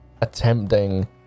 attempting